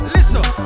Listen